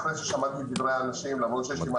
אחרי ששמעתי את דברי האנשים אני רוצה